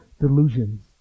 delusions